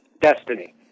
destiny